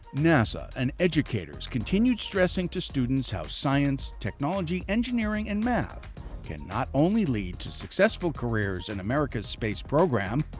nasa and educators continued stressing to students how science, technology, engineering and math can not only lead to successful careers in and america's space program,